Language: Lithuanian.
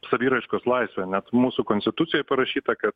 saviraiškos laisvę net mūsų konstitucijoj parašyta kad